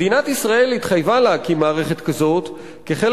מדינת ישראל התחייבה להקים מערכת כזאת כחלק